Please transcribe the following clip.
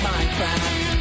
Minecraft